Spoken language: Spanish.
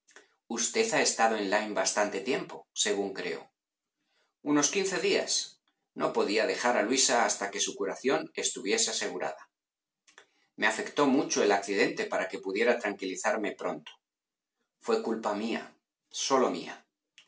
usted ha estado en lyme bastante tiempo según creo unos quince días no podía dejar a luisa hasta que su curación estuviese asegurada me afectó mucho el accidente para que pudiera tranquilizarme pronto fué culpa mía sólo mía